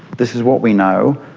this is what we know,